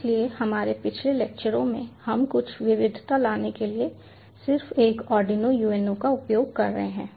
इसलिए हमारे पिछले लेक्चरों में हम कुछ विविधता लाने के लिए सिर्फ एक आर्डिनो UNO का उपयोग कर रहे हैं